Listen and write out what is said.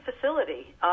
facility